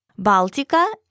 Baltica